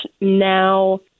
now